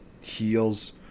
heels